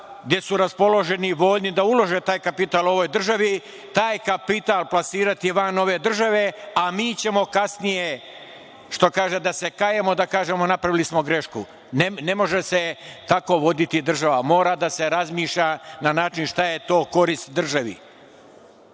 gde su raspoloženi i voljni da ulože taj kapital u ovoj državi, taj kapital plasirati van ove države, a mi ćemo kasnije, što kaže, da se kajemo, da kažemo napravili smo grešku. Ne može se tako voditi država. Mora da se razmišlja na način šta je to korist državi.